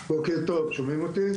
בוקר טוב, שומעים אותי?